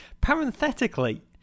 Parenthetically